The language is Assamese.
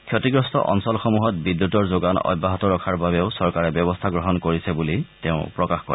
ক্ষতিগ্ৰস্ত অঞ্চলসমূহত বিদ্যুতৰ যোগান অব্যাহত ৰখাৰ বাবেও চৰকাৰে ব্যৱস্থা গ্ৰহণ কৰিছে বুলি তেওঁ প্ৰকাশ কৰে